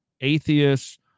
atheists